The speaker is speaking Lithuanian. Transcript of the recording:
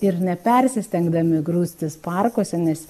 ir nepersistengdami grūstis parkuose nes